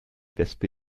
wespe